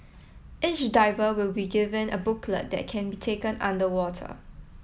each diver will be given a booklet that can be taken underwater